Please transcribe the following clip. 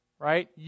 Right